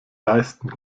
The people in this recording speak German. leisten